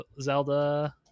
Zelda